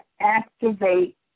activate